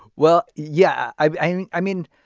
well, yeah. i i mean,